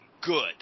good